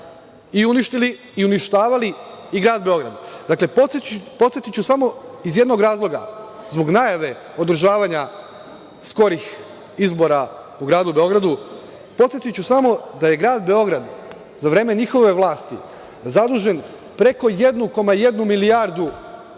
i uništavali i Grad Beograd. Podsetiću samo iz jednog razloga, zbog najave održavanja skorih izbora u Gradu Beogradu, podsetiću samo da je Grad Beograd za vreme njihove vlasti zadužen preko 1,1 milijardu